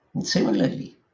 Similarly